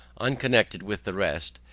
unconnected with the rest,